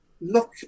look